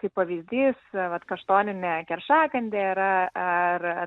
kaip pavyzdys vat kaštoninė keršakandė yra ar